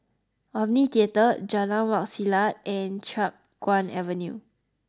Omni Theatre Jalan Wak Selat and Chiap Guan Avenue